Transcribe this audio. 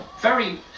very-